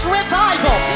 revival